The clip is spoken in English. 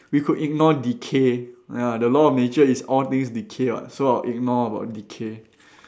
we could ignore decay ya the law of nature is all things decay [what] so I'll ignore about decay